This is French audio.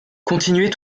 continuez